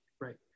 right